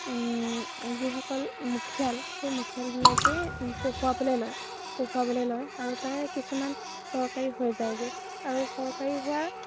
যিসকল মুখীয়াল সেই মুখীয়ালবিলাকে পঢ়ুৱাবলৈ লয় পঢ়ুৱাবলৈ লয় আৰু তাৰে কিছুমান চৰকাৰী হৈ যায়গৈ আৰু চৰকাৰী হোৱা